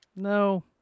No